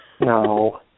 No